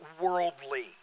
worldly